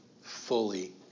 fully